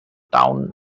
town